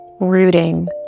rooting